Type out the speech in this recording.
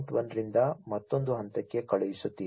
1 ರಿಂದ ಮತ್ತೊಂದು ಹಂತಕ್ಕೆ ಕಳುಹಿಸುತ್ತೀರಿ